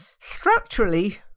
structurally